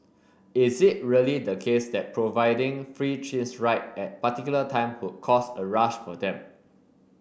is it really the case that providing free ride at particular time would cause a rush for them